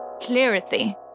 clarity